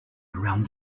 around